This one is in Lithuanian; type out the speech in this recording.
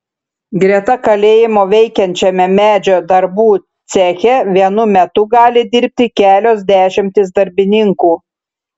greta kalėjimo veikiančiame medžio darbų ceche vienu metu gali dirbti kelios dešimtys darbininkų